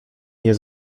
nie